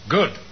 Good